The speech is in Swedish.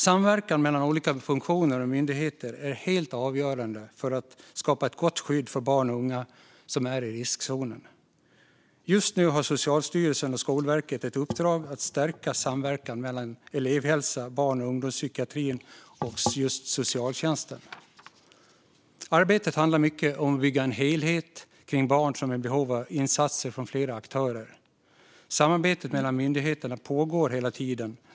Samverkan mellan olika funktioner och myndigheter är helt avgörande för att skapa ett gott skydd för barn och unga som är i riskzonen. Just nu har Socialstyrelsen och Skolverket ett uppdrag att stärka samverkan mellan elevhälsa, barn och ungdomspsykiatrin och socialtjänsten. Arbetet handlar mycket om att bygga en helhet kring barn som är i behov av insatser från flera aktörer. Samarbetet mellan myndigheterna pågår hela tiden.